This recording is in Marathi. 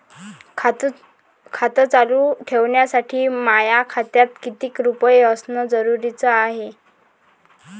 खातं चालू ठेवासाठी माया खात्यात कितीक रुपये असनं जरुरीच हाय?